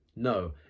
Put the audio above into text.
No